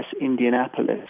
Indianapolis